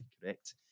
correct